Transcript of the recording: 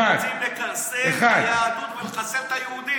1. אתם רוצים לכרסם ביהדות ולחסל את היהודים.